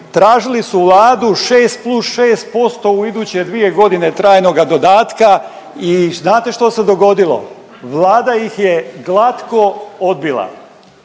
tražili su Vladu 6 + 6% u iduće 2.g. trajnoga dodatka i znate što se dogodilo? Vlada ih je glatko odbila.